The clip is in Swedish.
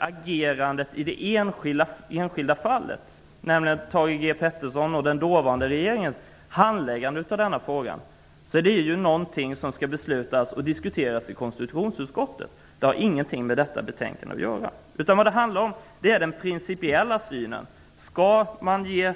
Agerandet i det enskilda fallet, nämligen Thage G Petersons och den dåvarande regeringens handläggning av denna fråga, är någonting som skall behandlas av konstitutionsutskottet, och det har ingenting med detta betänkande att göra. Vad det nu handlar om är den principiella synen på frågan om det